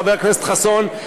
חבר הכנסת חסון,